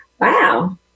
Wow